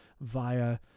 via